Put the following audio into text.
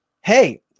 Hey